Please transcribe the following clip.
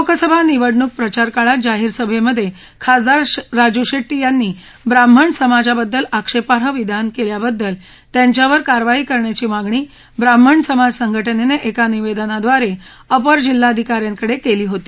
लोकसभा निवडणूक प्रचार काळात जाहीर सभेमध्ये खासदार राजू शेट्टी यांनी ब्राह्मण समाजाबद्दल आक्षेपाई विधान केल्याबद्दल त्यांच्यावर कारवाई करण्याची मागणी ब्राह्मण समाज संघटनेनं एका निवेदनाद्वारे अपर जिल्हाधिकाऱ्यांकडे केली होती